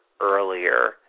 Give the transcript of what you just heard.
earlier